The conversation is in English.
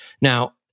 Now